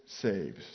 saves